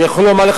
אני יכול לומר לך,